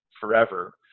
forever